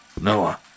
Noah